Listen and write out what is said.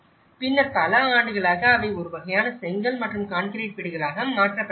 பின்னர் பல ஆண்டுகளாக அவை ஒரு வகையான செங்கல் மற்றும் கான்கிரீட் வீடுகளாக மாற்றப்படுகின்றன